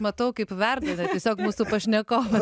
matau kaip verda tiesiog mūsų pašnekovas